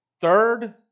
Third